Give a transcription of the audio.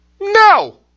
No